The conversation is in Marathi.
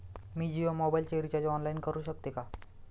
मी जियो मोबाइलचे रिचार्ज ऑनलाइन करू शकते का?